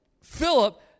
Philip